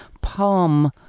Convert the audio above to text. palm